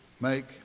make